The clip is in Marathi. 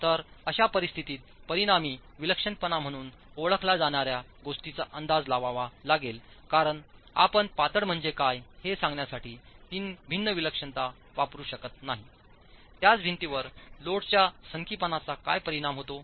तर अशा परिस्थितीत परिणामी विलक्षणपणा म्हणून ओळखल्या जाणार्या गोष्टींचा अंदाज लावावा लागेल कारण आपण पातळ म्हणजे काय हे सांगण्यासाठी तीन भिन्न विलक्षणता वापरु शकत नाही त्याच भिंतीवर लोडच्या सनकीपणाचा काय परिणाम होतो